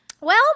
Well-